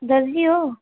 दर्जी हो